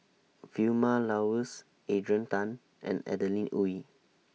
Vilma Laus Adrian Tan and Adeline Ooi